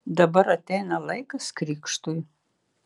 dabar ateina laikas krikštui